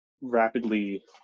rapidly